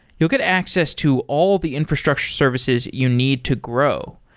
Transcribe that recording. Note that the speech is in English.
you'll get access to all the infrastructure services you need to grow.